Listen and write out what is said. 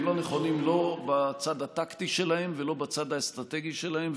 הם לא נכונים לא בצד הטקטי שלהם ולא בצד האסטרטגי שלהם,